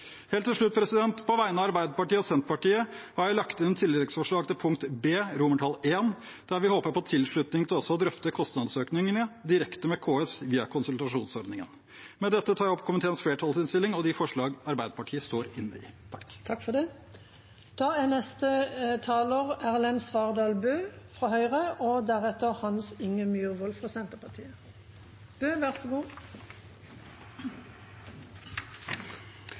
Helt til slutt: På vegne av Arbeiderpartiet og Senterpartiet har jeg lagt inn et tilleggsforslag til B I, der vi håper på tilslutning til også å drøfte kostnadsøkningene direkte med KS via konsultasjonsordningen. Med dette anbefaler jeg komiteflertallets innstilling og tar opp forslaget fra Arbeiderpartiet og Senterpartiet. Representanten Truls Vasvik har tatt opp det forslaget han refererte til. Jeg er glad regjeringen viderefører Solberg-regjeringens arbeid for å øke digitaliseringen av helse- og